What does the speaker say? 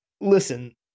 listen